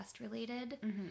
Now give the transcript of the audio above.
related